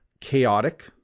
chaotic